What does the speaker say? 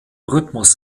rhythmus